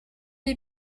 est